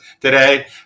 today